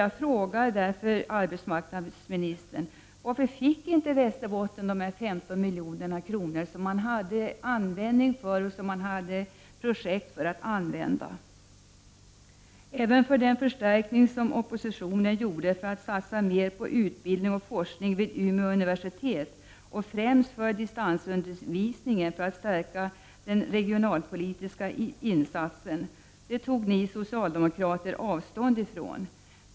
Jag frågar därför arbetsmarknadsministern: Varför fick inte Västerbotten de 15 miljoner som det fanns användning och projekt för? Även den förstärkning som oppositionen begärde för en större satsning på utbildning och forskning vid Umeå universitet — främst för distansundervisningen för att stärka den regionalpolitiska insatsen — tog ju ni socialdemokrater avstånd ifrån.